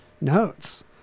notes